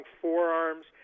forearms